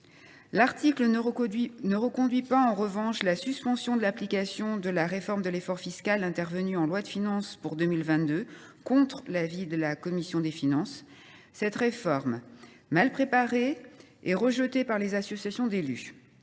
L’article ne reconduit pas, en revanche, la suspension de l’application de la réforme de l’effort fiscal intervenue en loi de finances pour 2022, contre l’avis de la commission des finances. Cette réforme, mal préparée, est rejetée par les associations d’élus.